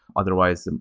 otherwise, and